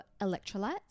electrolytes